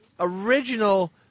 original